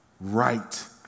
Right